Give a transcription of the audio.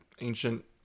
ancient